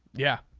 yeah.